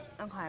Okay